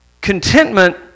Contentment